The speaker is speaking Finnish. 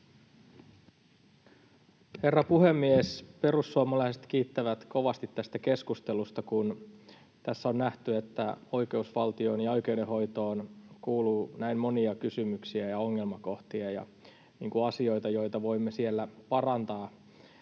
Herra puhemies! Perussuomalaiset kiittävät kovasti tästä keskustelusta. Tässä on nähty, että oikeusvaltioon ja oikeudenhoitoon kuuluu näin monia kysymyksiä ja ongelmakohtia ja asioita, joita voimme siellä parantaa,